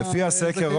לפי הסקר,